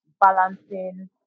balancing